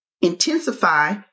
Intensify